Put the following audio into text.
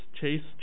Chase